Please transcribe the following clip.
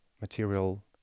material